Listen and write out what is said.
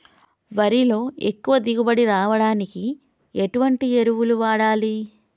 వరిలో ఎక్కువ దిగుబడి రావడానికి ఎటువంటి ఎరువులు వాడాలి?